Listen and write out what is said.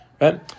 Right